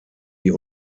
die